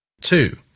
Two